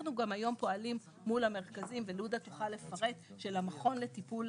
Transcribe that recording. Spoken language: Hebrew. אנחנו גם היום פועלים מול המרכזים לודה תוכל לפרט של המכון לטיפול